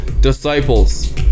disciples